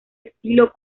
estilo